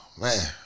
Man